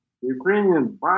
Ukrainian